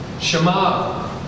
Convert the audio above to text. Shema